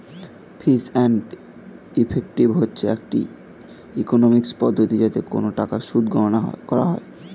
fees and effective হচ্ছে একটি economics পদ্ধতি যাতে কোন টাকার সুদ গণনা করা হয়